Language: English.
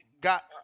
got